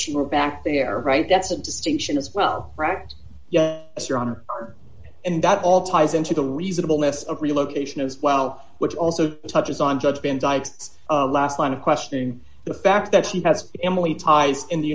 she were back there right that's a distinction as well practiced and that all ties into the reasonableness of relocation as well which also touches on judge been last line of questioning the fact that she has emily ties in the